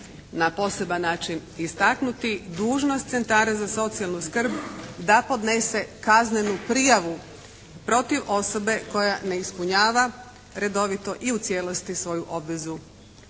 na poseban način istaknuti, dužnost centara za socijalnu skrb da podnese kaznenu prijavu protiv osobe koja ne ispunjava redovito i u cijelosti svoju obvezu